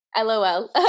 LOL